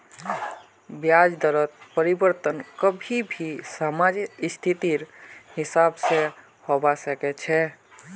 ब्याज दरत परिवर्तन कभी भी समाजेर स्थितिर हिसाब से होबा सके छे